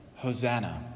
Hosanna